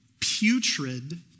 putrid